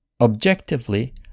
objectively